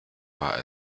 war